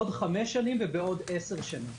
בעוד 5 שנים ובעוד 10 שנים.